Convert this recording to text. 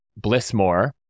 Blissmore